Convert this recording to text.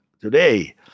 today